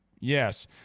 yes